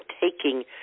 taking